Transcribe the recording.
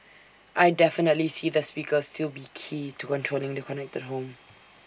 I definitely see the speakers still be key to controlling the connected home